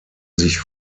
sich